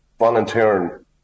Volunteering